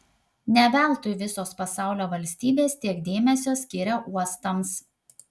ne veltui visos pasaulio valstybės tiek dėmesio skiria uostams